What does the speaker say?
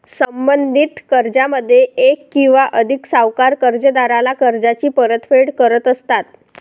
संबंधित कर्जामध्ये एक किंवा अधिक सावकार कर्जदाराला कर्जाची परतफेड करत असतात